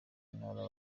ntara